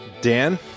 Dan